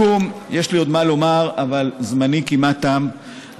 לסיכום, יש לי עוד מה לומר, אבל זמני כמעט תם, תם.